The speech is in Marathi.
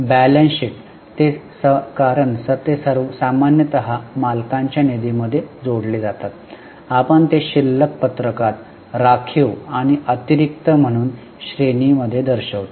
बॅलन्स शीट कारण ते सामान्यत मालकांच्या निधीमध्ये जोडले जातात आपण ते शिल्लक पत्रकात राखीव आणि अतिरिक्त म्हणून श्रेणी मध्ये दर्शवितो